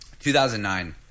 2009